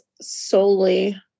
solely